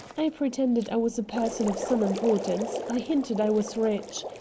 i pretended i was a person of some importance. i hinted i was rich.